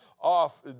off